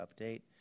update